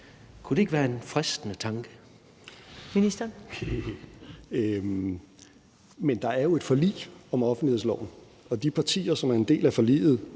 Justitsministeren (Nick Hækkerup): Men der er jo et forlig om offentlighedsloven, og de partier, som er en del af forliget,